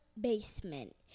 Basement